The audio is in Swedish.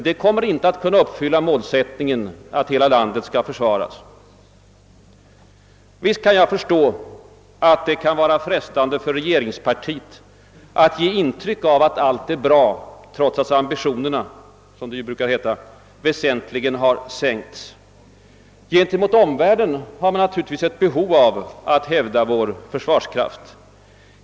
Det kommer inte att kunna fylla målsättningen att hela landet skall försvaras. Visst kan jag förstå att det kan vara frestande för regeringspartiet att ge intryck av att allt är bra trots att ambitionerna — som det brukar heta — väsentligen har sänkts. Man har naturligtvis ett behov av att gentemot omvärlden hävda vår försvarskraft.